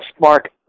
Mark